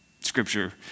Scripture